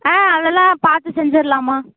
ஆ அதெல்லாம் பார்த்து செஞ்சுர்லாம்மா